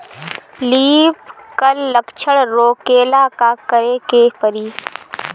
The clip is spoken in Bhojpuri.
लीफ क्ल लक्षण रोकेला का करे के परी?